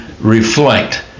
reflect